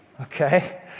okay